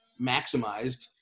maximized